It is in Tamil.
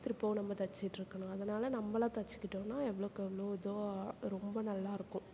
திரும்பவும் நம்ம தைச்சிட்டு இருக்கணும் அதனால் நம்மளா தைச்சிக்கிட்டோம்னா எவ்வளவுக்கு எவ்வளோ இதோ ரொம்ப நல்லாயிருக்கும்